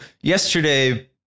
yesterday